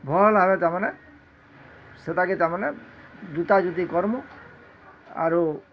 ଭଲ୍ ଆଇବ ତାମାନେ ସେଟାକେ ତାମାନେ ଜୁତା ଜୁତି କର୍ମୋ ଆରୁ